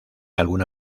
alguna